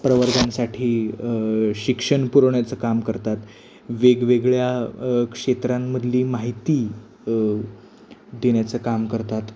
प्रवर्गांसाठी शिक्षण पुरवण्याचं काम करतात वेगवेगळ्या क्षेत्रांमधली माहिती देण्याचं काम करतात